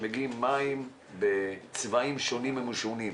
שמגיעים מים בצבעים שונים ומשונים.